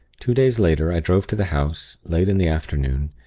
two days later, i drove to the house late in the afternoon.